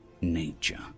nature